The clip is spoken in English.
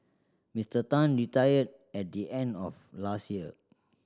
Mister Tan retired at the end of last year